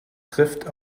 trifft